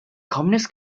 communist